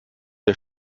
der